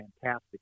fantastic